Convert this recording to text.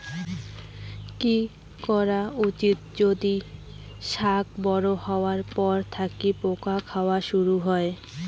কি করা উচিৎ যদি শাক বড়ো হবার পর থাকি পোকা খাওয়া শুরু হয়?